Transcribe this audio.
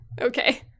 okay